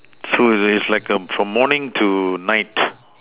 so it's like a from morning to night